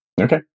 Okay